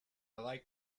like